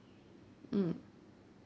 mm